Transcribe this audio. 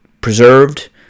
preserved